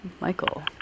Michael